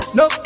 no